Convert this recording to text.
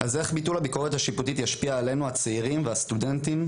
אז איך ביטול הביקורת השיפוטית ישפיע עלינו הצעירים והסטודנטים,